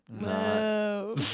No